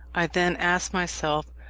i then asked myself,